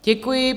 Děkuji.